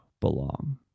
belong